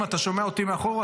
אם אתה שומע אותי מאחור,